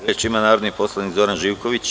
Reč ima narodni poslanik Zoran Živković.